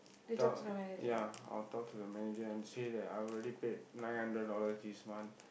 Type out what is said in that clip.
talk ya I'll talk to the manager and say that I already paid nine hundred dollars this month